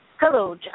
Hello